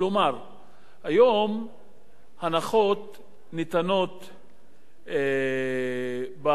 היום הנחות ניתנות ברשויות המקומיות,